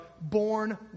born